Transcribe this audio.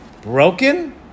Broken